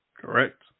Correct